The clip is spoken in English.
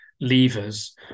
levers